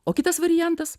o kitas variantas